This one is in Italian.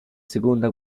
seconda